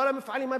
לא למפעלים,